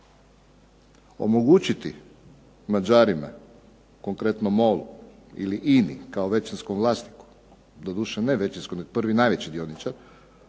Omogućiti Mađarima, konkretno MOL-u ili INA-i kao većinskom vlasniku doduše ne većinskom nego prvi najveći dioničar